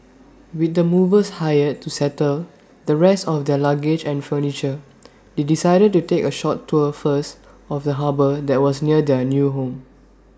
with the movers hired to settle the rest of their luggage and furniture they decided to take A short tour first of the harbour that was near their new home